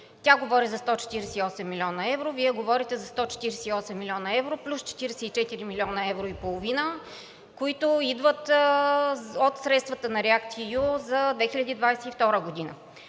Тя говори за 148 млн. евро, Вие говорите за 148 млн. евро плюс 44 млн. евро и половина, които идват от средствата на REACT-EU за 2022 г.